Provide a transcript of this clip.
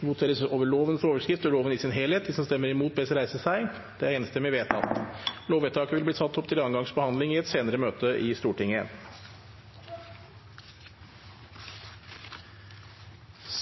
Det voteres over resten av I, øvrige paragrafer og II. Det voteres over lovens overskrift og loven i sin helhet. Lovvedtaket vil bli ført til andre gangs behandling i et senere møte i Stortinget.